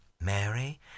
Mary